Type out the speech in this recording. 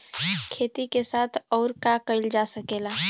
खेती के साथ अउर का कइल जा सकेला?